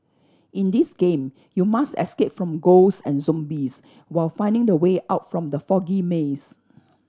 in this game you must escape from ghosts and zombies while finding the way out from the foggy maze